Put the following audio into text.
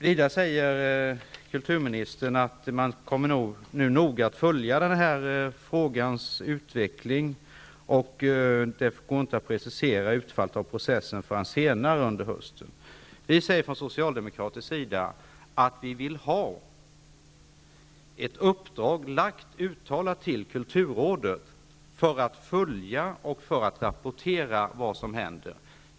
Vidare säger kulturministern att man kommer att noga följa den här frågans utveckling och att det inte går att precisera utfallet av processen förrän senare under hösten. Vi vill från socialdemokratisk sida att kulturrådet skall få ett uttalat uppdrag att följa och rapportera vad som händer.